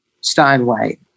Steinway